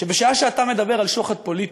שבשעה שאתה מדבר על שוחד פוליטי,